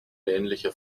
ähnliche